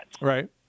Right